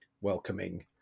welcoming